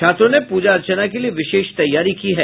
छात्रों ने पूजा अर्चना के लिए विशेष तैयारी की है